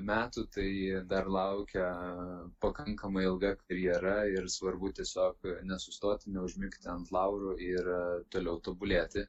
metų tai dar laukia pakankamai ilga karjera ir svarbu tiesiog nesustoti neužmigti ant laurų ir toliau tobulėti